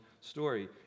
story